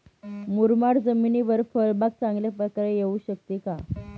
मुरमाड जमिनीवर फळबाग चांगल्या प्रकारे येऊ शकते का?